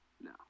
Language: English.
No